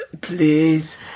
Please